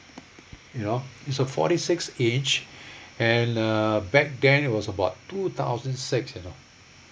you know it's a forty six inch and uh back then it was about two thousand six you know